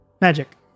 magic